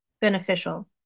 beneficial